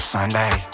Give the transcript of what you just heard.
Sunday